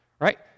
Right